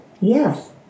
Yes